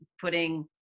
putting